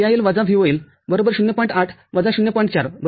हे उत्पादकांच्या माहिती पुस्तकानुसार आहे